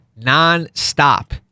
nonstop